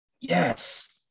Yes